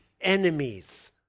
enemies